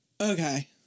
Okay